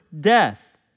death